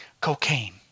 cocaine